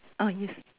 ah yes